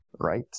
right